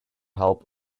help